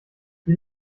die